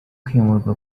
kwimurwa